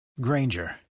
Granger